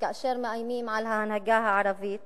וכאשר מאיימים על ההנהגה הערבית